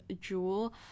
Jewel